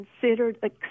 considered